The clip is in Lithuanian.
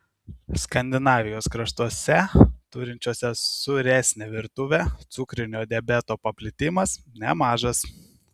skandinavijos kraštuose turinčiuose sūresnę virtuvę cukrinio diabeto paplitimas nemažas